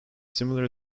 similar